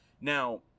Now